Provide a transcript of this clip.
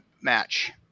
match